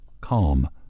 calm